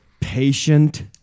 patient